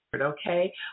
okay